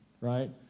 right